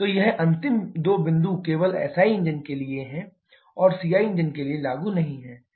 तो यह अंतिम दो बिंदु केवल SI इंजन के लिए है और CI इंजन के लिए लागू नहीं हैं